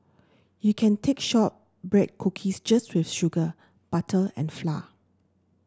you can take short break cookies just with sugar butter and